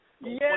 Yes